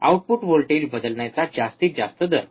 output voltage बदलण्याचा जास्तीत जास्त दर